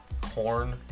corn